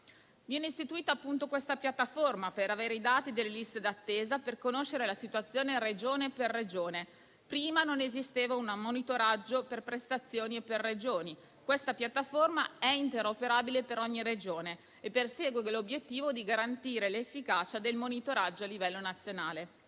Viene istituita appunto una piattaforma per avere i dati delle liste d'attesa e per conoscere la situazione Regione per Regione; prima non esisteva un monitoraggio per prestazioni e per Regioni. Questa piattaforma è interoperabile per ogni Regione e persegue l'obiettivo di garantire l'efficacia del monitoraggio a livello nazionale.